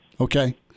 Okay